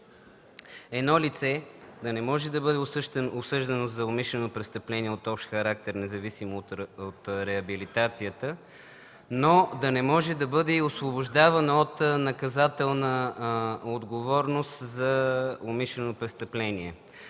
едно лице да не може да бъде осъждано за умишлено престъпление от общ характер, независимо от реабилитацията, но да не може да бъде и освобождавано от наказателна отговорност за умишлено престъпление.